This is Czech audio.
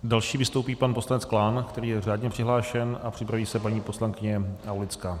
Další vystoupí pan poslanec Klán, který je řádně přihlášen, a připraví se paní poslankyně Aulická.